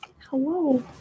Hello